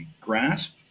grasp